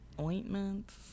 ointments